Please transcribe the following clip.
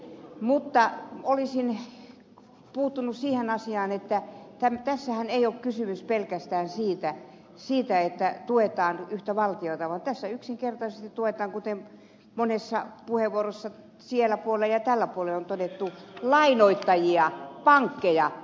mutta olisin puuttunut siihen asiaan että tässähän ei ole kysymys pelkästään siitä että tuetaan yhtä valtiota vaan tässä yksinkertaisesti tuetaan kuten monessa puheenvuorossa sillä puolella ja tällä puolella on todettu lainoittajia pankkeja